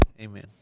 Amen